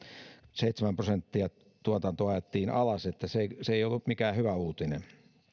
seitsemän prosenttia tuotantoa ajettiin alas että se ei ollut mikään hyvä uutinen